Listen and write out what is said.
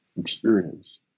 experience